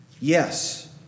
Yes